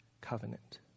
covenant